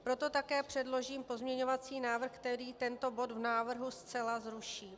Proto také předložím pozměňovací návrh, který tento bod v návrhu zcela zruší.